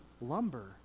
lumber